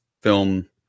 film